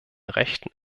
rechten